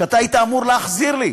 שאתה היית אמור להחזיר לי.